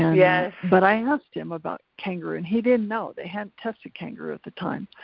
yeah but i asked him about kangaroo and he didn't know. they hadn't tested kangaroo at the time,